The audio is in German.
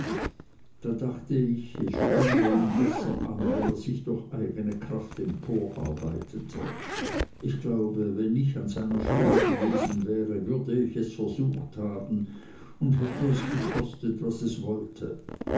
da dachte ich es stünde ihm besser an wenn er sich durch eigne kraft emporarbeitete ich glaube wenn ich an seiner stelle gewesen wäre würde ich es versucht haben und hätte es gekostet was es wollte